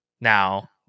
Now